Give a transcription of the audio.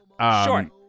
Sure